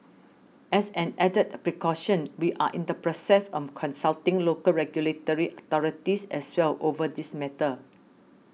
as an added precaution we are in the process of consulting local regulatory authorities as well over this matter